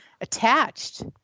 attached